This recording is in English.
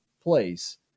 place